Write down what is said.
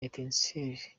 etincelles